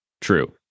true